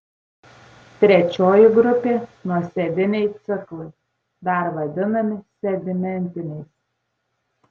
trečioji grupė nuosėdiniai ciklai dar vadinami sedimentiniais